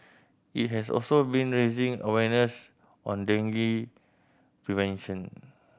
it has also been raising awareness on dengue prevention